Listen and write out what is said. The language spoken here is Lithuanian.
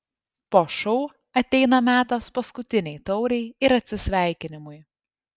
po šou ateina metas paskutinei taurei ir atsisveikinimui